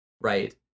right